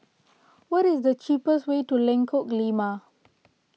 what is the cheapest way to Lengkok Lima